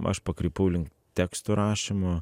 aš pakrypau link tekstų rašymo